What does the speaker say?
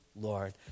Lord